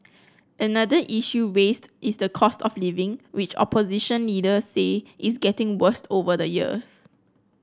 another issue raised is the cost of living which opposition leaders say is getting worse over the years